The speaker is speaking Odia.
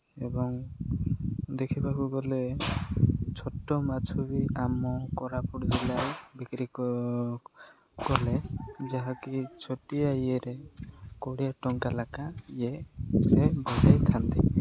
ଏବଂ ଦେଖିବାକୁ ଗଲେ ଛୋଟ ମାଛ ବି ଆମ କୋରାପୁଟ ଜିଲ୍ଲାରେ ବିକ୍ରି କଲେ ଯାହାକି ଛୋଟିଆ ଇଏରେ କୋଡ଼ିଏ ଟଙ୍କା ଲେଖା ଇଏରେ ବଜାଇଥାନ୍ତି